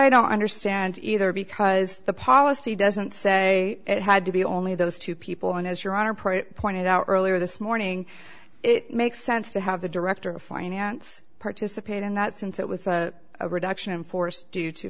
i don't understand either because the policy doesn't say it had to be only those two people and as your honor pretty pointed out earlier this morning it makes sense to have the director of finance participate in that since it was a reduction in force due to